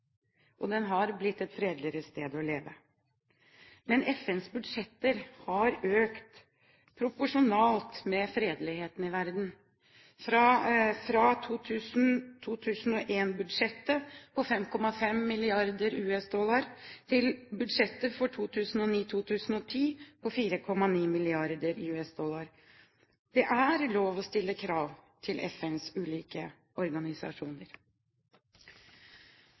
og den har blitt et fredeligere sted å leve i. Men FNs budsjetter har minket proporsjonalt med fredeligheten i verden – fra 2000–2001-budsjettet på 5,5 mrd. US-dollar til budsjettet for 2009–2010 på 4,9 mrd. US-dollar. Det er lov å stille krav til FNs ulike organisasjoner.